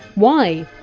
why?